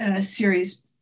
series